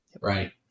right